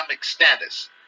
status